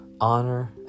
honor